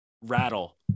rattle